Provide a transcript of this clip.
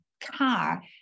car